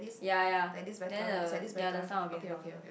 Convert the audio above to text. ya ya then uh ya the sound will be louder